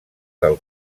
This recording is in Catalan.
del